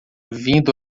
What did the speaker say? vindo